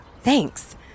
Thanks